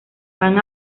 van